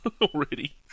already